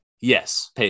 yes